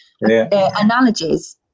analogies